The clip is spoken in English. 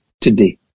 today